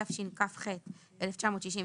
התשכ"ח-1968,